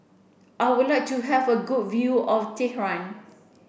I would like to have a good view of Tehran